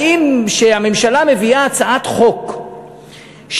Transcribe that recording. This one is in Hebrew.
האם כשהממשלה מביאה הצעת חוק שאומרת